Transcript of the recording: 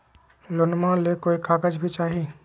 लोनमा ले कोई कागज भी चाही?